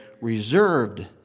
reserved